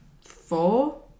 four